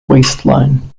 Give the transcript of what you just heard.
waistline